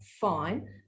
fine